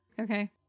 Okay